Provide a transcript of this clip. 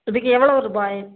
இதுக்கு எவ்வளோ ரூபாய்